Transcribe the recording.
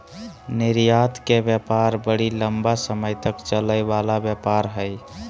निर्यात के व्यापार बड़ी लम्बा समय तक चलय वला व्यापार हइ